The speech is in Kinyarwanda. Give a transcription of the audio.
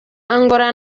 angola